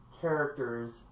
characters